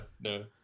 no